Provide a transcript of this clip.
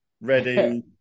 ready